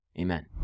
Amen